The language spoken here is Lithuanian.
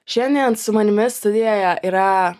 šiandien su manimi studijoje yra